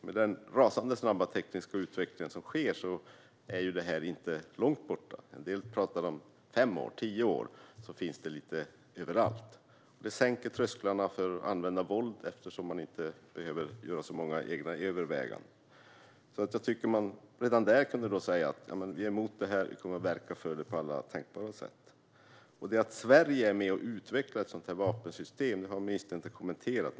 Med den rasande snabba tekniska utveckling som sker är detta inte långt borta. En del talar om fem eller tio år och menar att dessa vapen då kommer att finnas lite överallt. Detta sänker trösklarna för användande av våld eftersom man inte behöver göra så många egna överväganden. Redan därför tycker jag att man kunde säga att man är mot detta och att man kommer att verka mot det på alla tänkbara sätt. Att Sverige är med och utvecklar ett sådant vapensystem har ministern inte kommenterat.